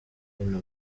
hino